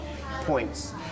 points